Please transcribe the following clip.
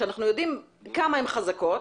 שאנחנו יודעים כמה הן חזקות,